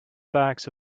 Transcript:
bags